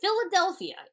Philadelphia